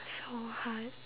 so hard